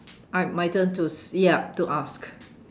uh my turn to yup to ask